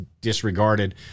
disregarded